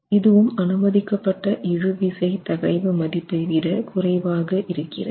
இதுவும் அனுமதிக்கப்பட்ட இழுவிசை தகைவு மதிப்பை விட குறைவாக இருக்கிறது